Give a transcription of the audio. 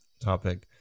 topic